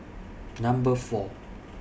Number four